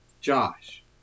Josh